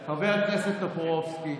חבר הכנסת טופורובסקי.